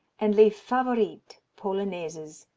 and les favorites, polonaises,